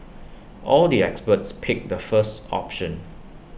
all the experts picked the first option